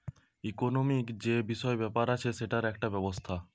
economic যে বিষয় ব্যাপার আছে সেটার একটা ব্যবস্থা